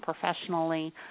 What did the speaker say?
professionally